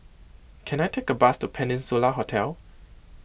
can I take a bus to Peninsula Hotel